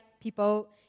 people